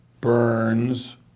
Burns